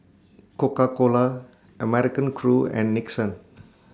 Coca Cola American Crew and Nixon